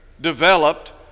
developed